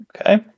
Okay